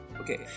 Okay